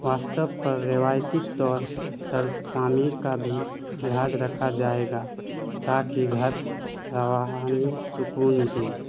واستو پر روایتی طور طرز تعمیر کا بھی لحاظ رکھا جائے گا تاکہ گھر روحانی سکون دے